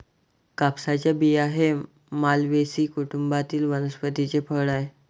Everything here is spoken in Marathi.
कापसाचे बिया हे मालवेसी कुटुंबातील वनस्पतीचे फळ आहे